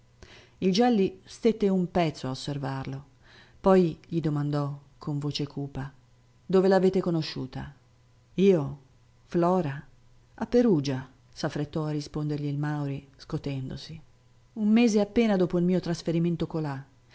il gelli stette un pezzo a osservarlo poi gli domandò con voce cupa dove l'avete conosciuta io flora a perugia s'affrettò a rispondergli il mauri scotendosi un mese appena dopo il mio trasferimento colà